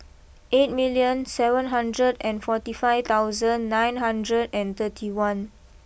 eight million seven hundred and forty five thousand nine hundred and thirty one